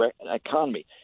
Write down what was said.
economy